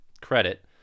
credit